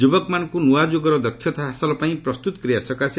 ଯୁବକମାନଙ୍କୁ ନୂଆ ଯୁଗର ଦକ୍ଷତା ହାସଲ ପାଇଁ ପ୍ରସ୍ତୁତ କରିବା ସକାଶେ